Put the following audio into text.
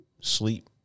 sleep